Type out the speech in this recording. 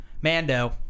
Mando